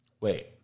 Wait